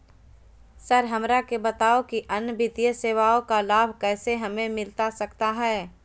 Sir हमरा के बताओ कि अन्य वित्तीय सेवाओं का लाभ कैसे हमें मिलता सकता है?